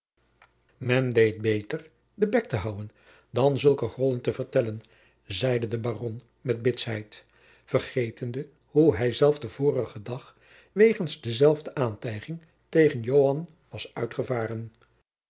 men deed beter den bek te houden dan zulke grollen te vertellen zeide de baron met bitsheid vergetende hoe hij zelf den vorigen dag wegens dezelfde aantijging tegen joan was uitgevaren